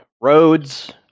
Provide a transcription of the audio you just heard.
roads